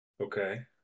Okay